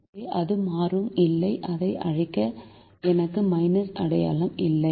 எனவே அது மாறும் இல்லை அதை அழிக்க எனக்கு மைனஸ் அடையாளம் இல்லை